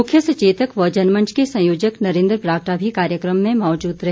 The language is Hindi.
मुख्य सचेतक व जनमंच के संयोजक नरेन्द्र बरागटा भी कार्यक्रम में मौजूद रहे